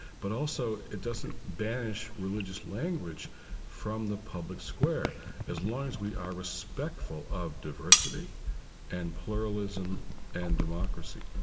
but also, it doesn't banish religious language from the public square as long as we are respectful of diversity and pluralism and democracy